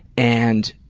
and,